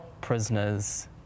prisoners